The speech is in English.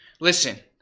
Listen